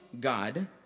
God